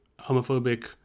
homophobic